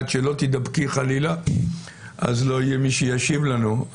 רק שלא תידבקי, חלילה, אז לא יהיה מי שישיב לנו.